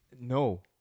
No